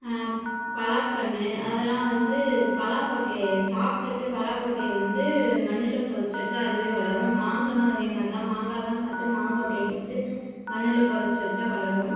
பலாக்கன்று அதெல்லாம் வந்து பலாக்கொட்டையை சாப்பிட்டுட்டு பலாக்கொட்டையை வந்து மண்ணில் புதச்சி வச்சால் அதுவே வளரும் மாங்கன்றும் அதேமாதிரி தான் மாங்காலாம் சாப்பிட்டு மாங்கொட்டையை எடுத்து மண்ணில் புதச்சி வச்சால் வளரும்